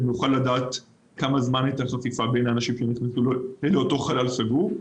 כך שנוכל לדעת כמה זמן חפיפה היה בין אנשים שנכנסו לאותו חלל סגור.